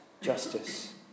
justice